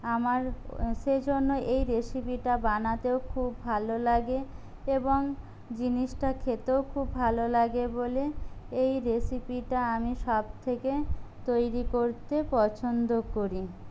আমার সেই জন্য এই রেসিপিটা বানাতেও খুব ভালো লাগে এবং জিনিসটা খেতেও খুব ভালো লাগে বলে এই রেসিপিটা আমি সবথেকে তৈরি করতে পছন্দ করি